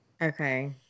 Okay